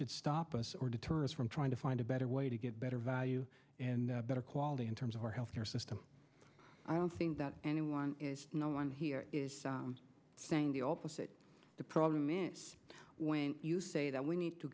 should stop us or deter us from trying to find a better way to get better value and better quality in terms of our health care system i don't think that anyone is no one here saying the opposite the problem when you say that we need